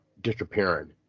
disappearing